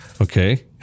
Okay